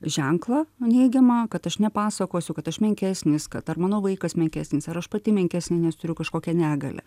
ženklą neigiamą kad aš nepasakosiu kad aš menkesnis kad ar mano vaikas menkesnis ar aš pati menkesnė nes turiu kažkokią negalią